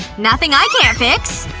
nothing i can't fix!